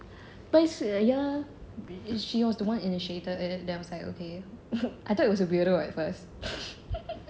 she was the one initiated and then I was like okay I thought it was a at first